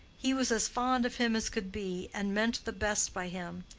he was as fond of him as could be, and meant the best by him.